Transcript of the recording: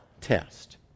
test